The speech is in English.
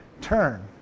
turn